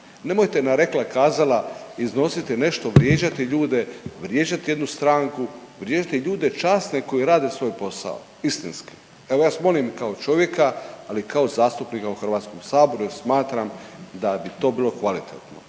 Nemojte na rekla-kazala, iznositi nešto, vrijeđati ljude, vrijeđati jednu stranku, vrijeđati ljude časne koji rade svoj posao istinski. Evo, ja vas molim i kao čovjeka, ali i kao zastupnika u HS-u jer smatram da bi to bilo kvalitetno.